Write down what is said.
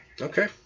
Okay